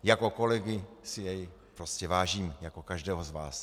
Jako kolegy si jej prostě vážím, jako každého z vás.